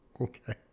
Okay